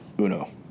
Uno